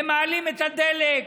הם מעלים את הדלק,